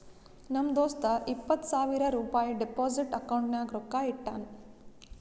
ನಮ್ ದೋಸ್ತ ಇಪ್ಪತ್ ಸಾವಿರ ರುಪಾಯಿ ಡೆಪೋಸಿಟ್ ಅಕೌಂಟ್ನಾಗ್ ರೊಕ್ಕಾ ಇಟ್ಟಾನ್